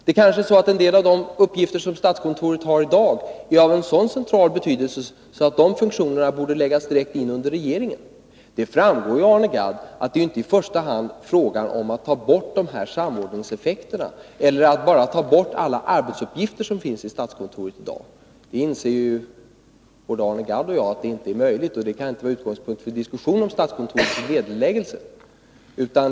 Det är måhända så att en del av de uppgifter som statskontoret har i dag är av sådan central betydelse att de funktionerna borde läggas in under regeringen. Det framgår klart, Arne Gadd, att det inte i första hand är fråga om att avskaffa samordningseffekterna eller alla de arbetsuppgifter som statskontoret i dag har. Både Arne Gadd och jag inser att detta inte är möjligt, och det kan inte vara en utgångspunkt för en diskussion om statskontorets nedläggning.